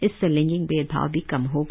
इससे लैंगिक भेदभाव भी कम होगा